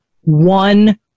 one